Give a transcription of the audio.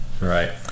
Right